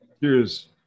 Cheers